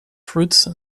fruits